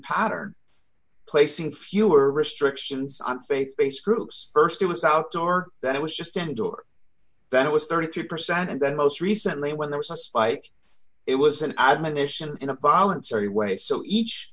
pattern placing fewer restrictions on faith based groups st it was outdoor then it was just indoor then it was thirty three percent and then most recently when there was a spike it was an admonition in a voluntary way so each